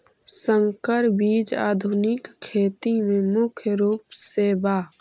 संकर बीज आधुनिक खेती में मुख्य रूप से बा